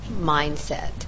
mindset